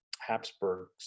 Habsburgs